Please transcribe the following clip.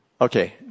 Okay